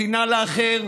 שנאה לאחר,